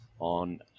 on